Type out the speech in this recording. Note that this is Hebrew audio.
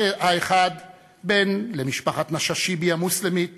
האחד בן למשפחת נשאשיבי המוסלמית